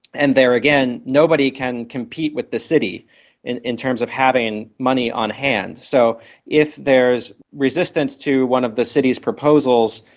and there again, nobody can compete with the city in in terms of having money on hand. so if there is resistance to one of the city's proposals,